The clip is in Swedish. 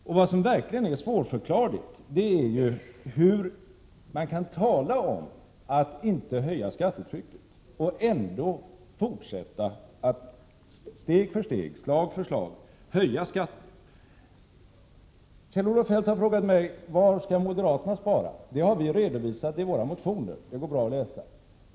Och vad som verkligen är svårförklarligt är ju hur man kan tala om att inte höja skattetrycket och ändå fortsätta att steg för steg, slag för slag höja skatterna. Kjell-Olof Feldt har frågat mig: Var skall moderaterna spara? Det har vi redovisat i våra motioner — det går bra att läsa dem.